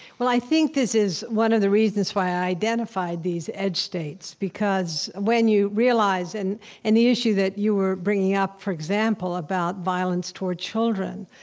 well, i think this is one of the reasons why i identified these edge states, because when you realize and and the issue that you were bringing up, for example, about violence toward children,